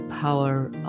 power